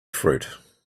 fruit